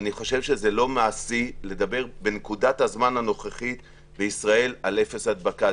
אני חושב שזה לא מעשי לדבר בנקודת הזמן הנוכחית על אפס הדבקה.